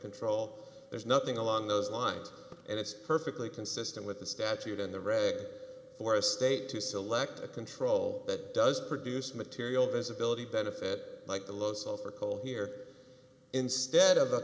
control there's nothing along those lines and it's perfectly consistent with the statute in the red for a state to select a control that does produce material visibility benefit like the low sulfur coal here instead of a